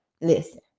listen